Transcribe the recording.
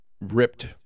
ripped